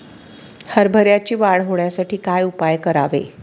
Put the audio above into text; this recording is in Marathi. हरभऱ्याची वाढ होण्यासाठी काय उपाय करावे?